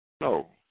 No